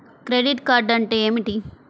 Credit card అంటే ఏమిటి?